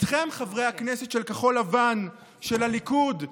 אתכם, חברי הכנסת של כחול לבן, של הליכוד,